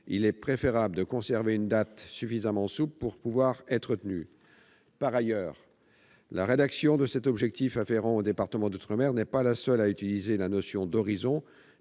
il est préférable de conserver une date suffisamment souple pour qu'elle puisse être tenue. Par ailleurs, la formulation de cet objectif afférent aux départements d'outre-mer n'est pas seule à comporter la notion d'« horizon